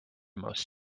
most